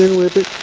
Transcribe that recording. and whip it.